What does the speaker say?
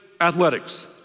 athletics